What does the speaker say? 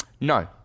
No